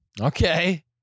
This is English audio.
Okay